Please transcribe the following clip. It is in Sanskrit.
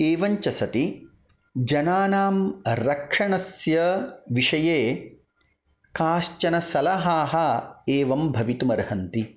एवञ्च सति जनानां रक्षणस्य विषये काश्चन सलहाः एवं भवितुम् अर्हन्ति